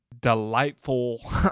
delightful